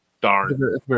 Darn